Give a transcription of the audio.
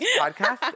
podcast